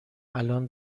الان